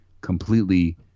completely